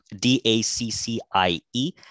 D-A-C-C-I-E